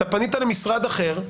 אתה פנית למשרד אחר,